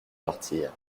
partir